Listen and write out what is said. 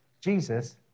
Jesus